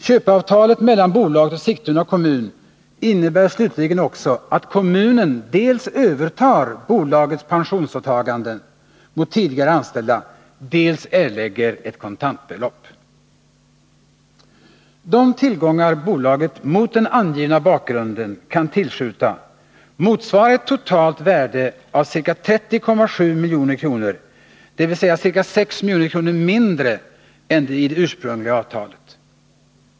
Köpeavtalet mellan bolaget och Sigtuna kommun innebär slutligen också att kommunen dels övertar bolagets pensionsåtaganden mot tidigare anställda, dels erlägger ett kontantbelopp. De tillgångar bolaget mot den angivna bakgrunden kan tillskjuta motsvarar ett totalt värde av ca 30,7 milj.kr., dvs. ca 6 milj.kr. mindre än i det ursprungliga avtalet.